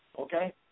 okay